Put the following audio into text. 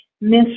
miss